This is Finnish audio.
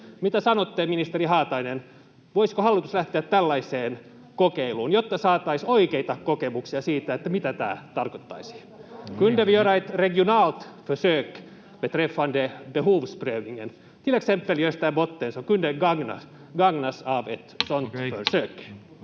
Mitä sanotte, ministeri Haatainen, voisiko hallitus lähteä tällaiseen kokeiluun, jotta saataisiin oikeita kokemuksia siitä, mitä tämä tarkoittaisi? Kunde vi göra ett regionalt försök beträffande behovsprövningen till exempel i Österbotten, som kunde gagnas av ett